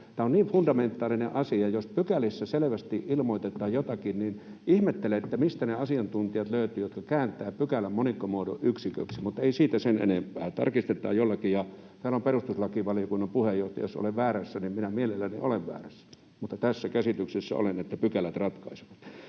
tämä on niin fundamentaalinen asia. Jos pykälissä selvästi ilmoitetaan jotakin, niin ihmettelen, mistä ne asiantuntijat löytyvät, jotka kääntävät pykälän monikkomuodon yksiköksi. Mutta ei siitä sen enempää. Tarkistutetaan jollakin. Täällä on perustuslakivaliokunnan puheenjohtaja. Jos olen väärässä, niin minä mielelläni olen väärässä, mutta tässä käsityksessä olen, että pykälät ratkaisevat.